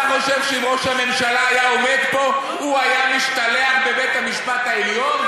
אתה חושב שאם ראש הממשלה היה עומד פה הוא היה משתלח בבית-המשפט העליון?